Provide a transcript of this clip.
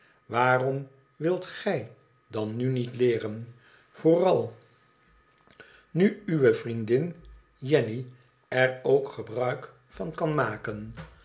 waarom wilt gij dan nu niet leeren vooral nu uwe vriendin jenny er ook gebruik van kan maken